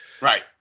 Right